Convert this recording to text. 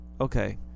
Okay